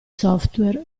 software